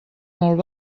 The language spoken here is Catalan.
molt